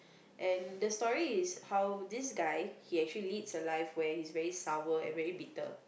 and the story is how this guy he actually leads a life where he is very sour and very bitter